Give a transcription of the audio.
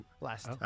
last